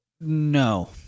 No